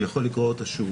אני יכול לקרוא אותה שוב.